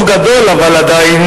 אבל עדיין